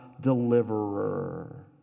deliverer